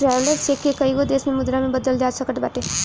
traveller cheque के कईगो देस के मुद्रा में बदलल जा सकत बाटे